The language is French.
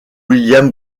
william